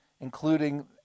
including